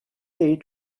date